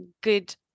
good